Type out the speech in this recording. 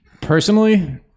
Personally